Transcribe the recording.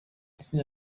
izina